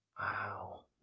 wow